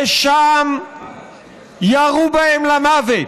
ושם ירו בהם למוות.